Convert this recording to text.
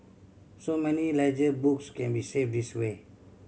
so many ledger books can be saved this way